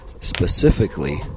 specifically